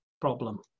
problem